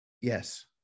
Yes